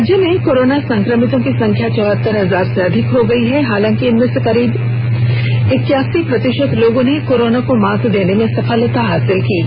राज्य में कोरोना संक्रमितों की संख्या चौहत्तर हजार से अधिक हो गयी है हालांकि इनमें से करीब इक्कासी प्रतिषत लोगों ने कोरोना को मात देने में सफलता हासिल की है